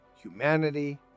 humanity